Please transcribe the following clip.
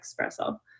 espresso